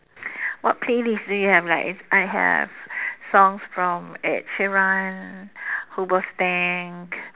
what playlist do you have like I have songs from Ed Sheeran Hoobastank